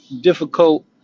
difficult